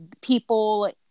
people